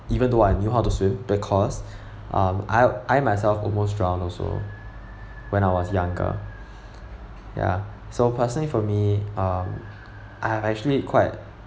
even though I knew how to swim because um I I myself almost drowned also when I was younger ya so personally for me um I have actually quite